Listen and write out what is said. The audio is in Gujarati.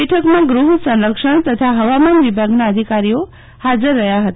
બેઠકમાં ગૃહ સંરક્ષણ તથા હવામાન વિભાગના અધિકારીઓ હાજર રહ્યા હતા